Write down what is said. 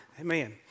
Amen